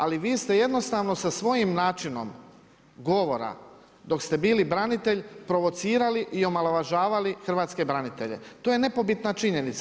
Ali vi ste jednostavno sa svojim načinom govora dok ste bili branitelj provocirali i omalovažavali hrvatske branitelje, to je nepobitna činjenica.